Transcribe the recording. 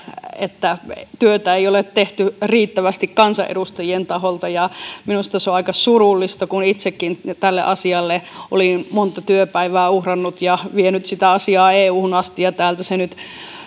että työtä ei ole tehty riittävästi kansanedustajien taholta minusta se oli aika surullista kun itsekin tälle asialle olin monta työpäivää uhrannut ja vienyt asiaa euhun asti ja täältä